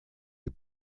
les